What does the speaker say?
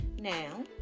now